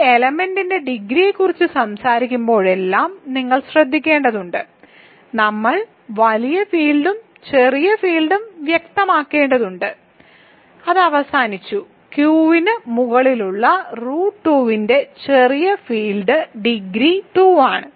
ഒരു എലമെന്റിന്റെ ഡിഗ്രിയെക്കുറിച്ച് സംസാരിക്കുമ്പോഴെല്ലാം നിങ്ങൾ ശ്രദ്ധിക്കേണ്ടതുണ്ട് നമ്മൾ വലിയ ഫീൽഡും ചെറിയ ഫീൽഡും വ്യക്തമാക്കേണ്ടതുണ്ട് അത് അവസാനിച്ചു Q ന് മുകളിലുള്ള റൂട്ട് 2 ന്റെ ചെറിയ ഫീൽഡ് ഡിഗ്രി 2 ആണ്